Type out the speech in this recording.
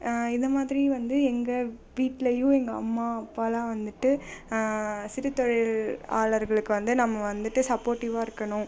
இதை மாதிரி வந்து எங்கள் வீட்லேயும் எங்கள் அம்மா அப்பாலாம் வந்துட்டு சிறுதொழில் ஆளர்களுக்கு வந்து நம்ம வந்துட்டு சப்போட்டிவ்வாக இருக்கணும்